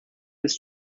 his